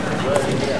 נמנע?